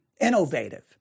innovative